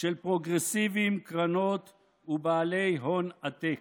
של פרוגרסיביים, קרנות ובעלי הון עתק.